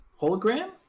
Hologram